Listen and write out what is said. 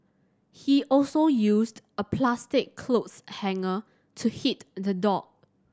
he also used a plastic clothes hanger to hit the dog